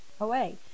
away